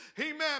Amen